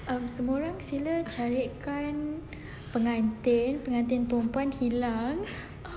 um semua orang sila carikan pengantin pengantin perempuan hilang